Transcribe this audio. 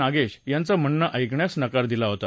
नागेश यांचं म्हणणं ऐकण्यास नकार दिला होता